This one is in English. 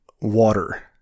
water